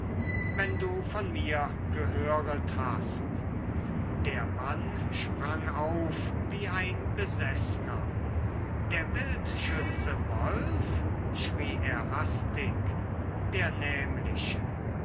wenn du von mir gehöret hast der mann sprang auf wie ein beseßner der wildschütze wolf schrie er hastig der nämliche